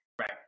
Right